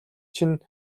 чинь